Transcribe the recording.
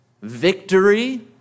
victory